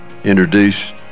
introduce